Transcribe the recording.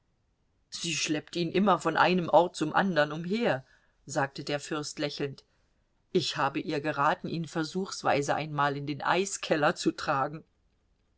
sie schleppt ihn immer von einem ort zum andern umher sagte der fürst lächelnd ich habe ihr geraten ihn versuchsweise einmal in den eiskeller zu tragen